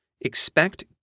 Expect